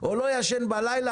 או לא ישן בלילה,